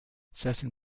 certain